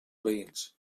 veïns